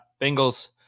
Bengals